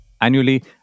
annually